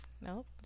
Nope